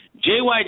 JYD